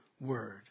word